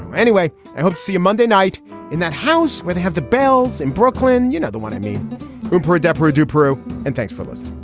anyway i hope to see you monday night in that house where they have the bells in brooklyn. you know the one i mean you brought deborah to peru and thanks for this